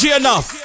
enough